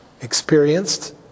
experienced